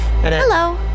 Hello